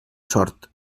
sort